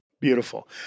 beautiful